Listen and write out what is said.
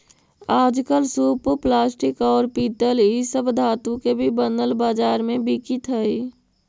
आजकल सूप प्लास्टिक, औउर पीतल इ सब धातु के भी बनल बाजार में बिकित हई